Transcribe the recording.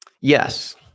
Yes